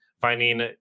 finding